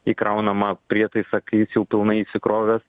įkraunamą prietaisą kai jis jau pilnai įsikrovęs